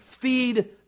Feed